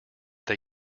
they